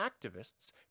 activists